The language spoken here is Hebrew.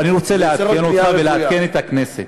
אני רוצה לעדכן אותך ולעדכן את הכנסת.